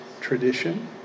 tradition